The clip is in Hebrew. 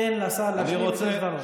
תן לשר להשלים את דבריו.